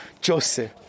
Joseph